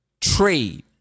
Trade